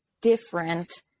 different